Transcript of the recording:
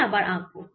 আমি আবার আঁকব